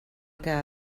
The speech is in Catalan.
que